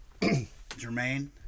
Jermaine